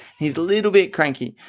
his little bit cranky.